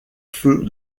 feux